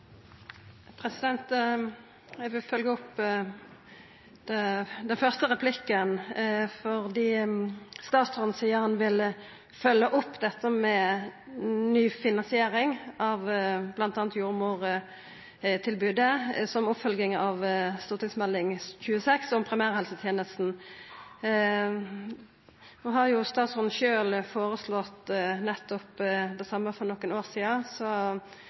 dette. Eg vil følgja opp den første replikken: Statsråden seier han vil følgja opp dette med ny finansiering av bl.a. jordmortilbodet, som ei oppfølging av St. Meld. 26 for 2014–2015 om primærhelsetenesta. No har jo statsråden sjølv føreslått nettopp det same for nokre år sidan, så